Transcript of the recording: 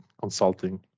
consulting